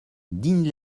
digne